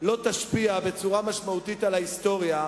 לא תשפיע בצורה משמעותית על ההיסטוריה,